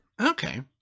Okay